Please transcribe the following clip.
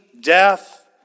death